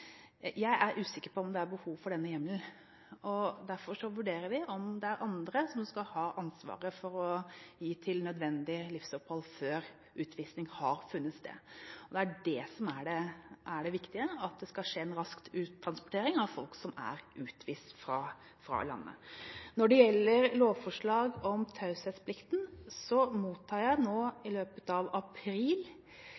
Jeg er usikker på om det er behov for denne hjemmelen. Derfor vurderer vi om det er andre som skal ha ansvaret for å gi til nødvendig livsopphold før utvisning har funnet sted. Det er det som er det viktige, at det skal skje en rask uttransportering av folk som er utvist fra landet. Når det gjelder lovforslag om taushetsplikten, mottar jeg nå